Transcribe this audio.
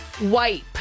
Wipe